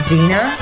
Dina